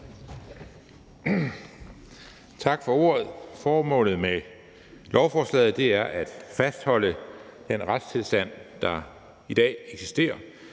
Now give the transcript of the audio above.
Tak for ordet. Formålet med lovforslaget er at fastholde den retstilstand, der eksisterer